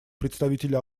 представителя